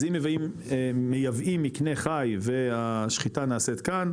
אז אם מייבאים מקנה חי והשחיטה נעשית כאן,